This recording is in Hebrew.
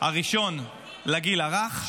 הראשון לגיל הרך,